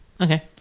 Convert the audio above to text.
Okay